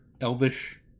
elvish